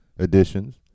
editions